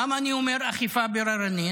למה אני אומר "אכיפה בררנית"?